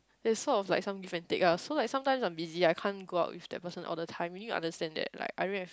there's sort of like some give and take ah so like sometimes I'm busy I can't go out with that person all the time he needs to understand that like I don't have